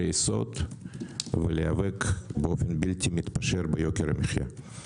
יסוד ולהיאבק באופן בלתי מתפשר ביוקר המחיה.